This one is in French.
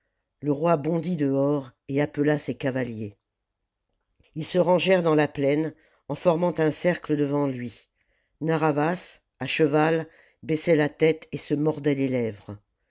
le roi bondit dehors et appela ses cavaliers ils se rangèrent dans la plaine en formant un cercle devant lui narr'havas à cheval baissait la tête et se mordait les lèvres